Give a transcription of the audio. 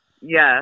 yes